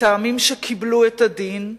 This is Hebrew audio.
את העמים שקיבלו את הדין,